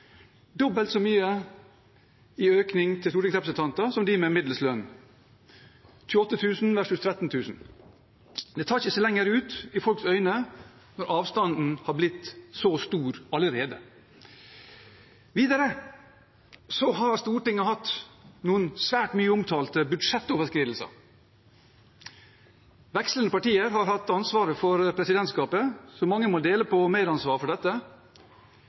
dobbelt så mye i økning til stortingsrepresentanter som til dem med middels lønn, 28 000 kr versus 13 000 kr. Det tar seg ikke lenger ut i folks øyne når avstanden er blitt så stor allerede. Videre har Stortinget hatt noen svært mye omtalte budsjettoverskridelser. Vekslende partier har hatt ansvaret for presidentskapet, så mange må dele på medansvaret for dette,